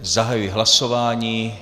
Zahajuji hlasování.